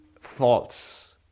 false